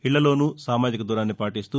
ఇళ్లలోనూ సామాజిక దూరాన్ని పాటీస్తూ